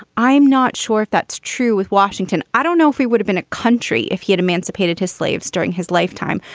i'm not sure if that's true with washington. i don't know if he would've been a country if he had emancipated his slaves during his lifetime,